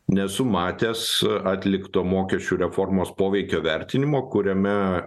nesu matęs atlikto mokesčių reformos poveikio vertinimo kuriame